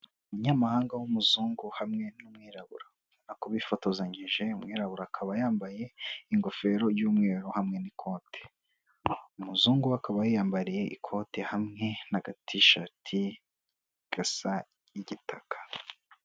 Umunyamahanga w'umuzungu hamwe n'umwirabura, ubonako bifotozanyije umwirabura akaba yambaye ingofero y'umweru hamwe n'ikote, umuzungu we akaba yiyambariye ikote hamwe n'agatisheti gasa igitaka.